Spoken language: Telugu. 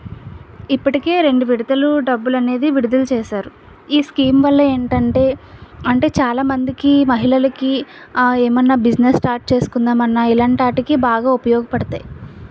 ఇప్పటికే రెండు విడతలు డబ్బులు అనేది విడుదల చేసారు ఈ స్కీం వల్ల ఏంటంటే అంటే చాలా మందికి మహిళలకు ఏమైనా బిజినెస్ స్టార్ట్ చేసుకుందామన్నా ఇలాంటి వాటికి బాగా ఉపయోగపడతాయి